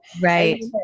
right